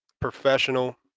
professional